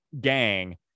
gang